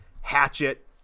Hatchet